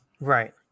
right